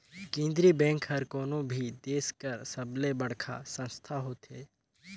केंद्रीय बेंक हर कोनो भी देस कर सबले बड़खा संस्था होथे